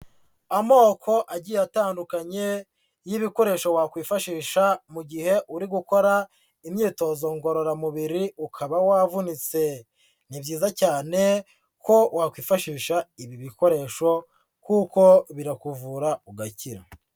Amoko agiye atandukanye y'ibikoresho wakwifashisha mu gihe uri gukora imyitozo ngororamubiri ukaba wavunitse, ni byiza cyane ko wakwifashisha ibi bikoresho kuko birakuvura ugakira.